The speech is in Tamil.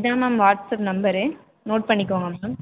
இதான் மேம் வாட்ஸ்ஆப் நம்பரு நோட் பண்ணிக்கங்க மேம்